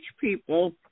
people